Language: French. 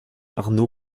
arno